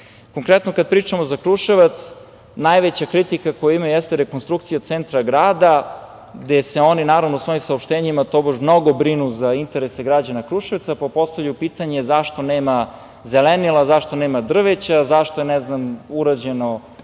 Konkretno, kada pričamo za Kruševac, najveća kritika koju ima jeste rekonstrukcija centa grada gde se oni u svojim saopštenjima tobož mnogo brinu za interese građana Kruševca, pa postavljaju pitanje zašto nema zelenila, zašto nema drveća, zašto je, ne znam, urađena